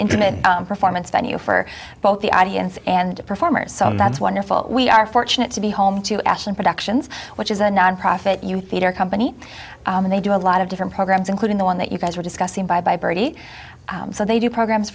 internet performance venue for both the audience and performers that's wonderful we are fortunate to be home to ashton productions which is a nonprofit you theater company and they do a lot of different programs including the one that you guys were discussing bye bye birdie so they do programs